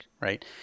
right